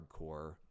hardcore